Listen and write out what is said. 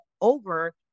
over